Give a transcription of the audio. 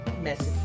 message